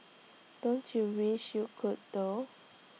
don't you wish you could though